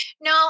No